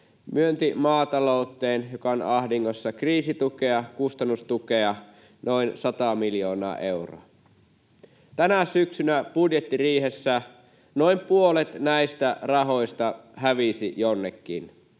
myönsi maatalouteen, joka on ahdingossa, kriisitukea, kustannustukea, noin sata miljoonaa euroa. Tänä syksynä budjettiriihessä noin puolet näistä rahoista hävisi jonnekin.